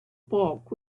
bulk